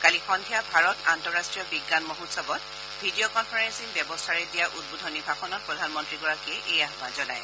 কালি সদ্ধিয়া ভাৰত আন্তঃৰাষ্ট্ৰীয় বিজ্ঞান মহোৎসৱত ভিডিঅ' কনফাৰেপিং ব্যৱস্থাৰে দিয়া উদ্বোধনী ভাষণত প্ৰধানমন্ত্ৰীগৰাকীয়ে এই আহান জনায়